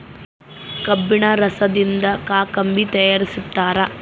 ಕಬ್ಬಿಣ ರಸದಿಂದ ಕಾಕಂಬಿ ತಯಾರಿಸ್ತಾರ